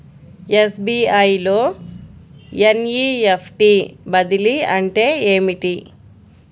SBI లో NEFT బదిలీ అంటే ఏమిటి?